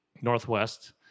Northwest